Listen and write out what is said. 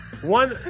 One